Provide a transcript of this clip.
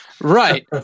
Right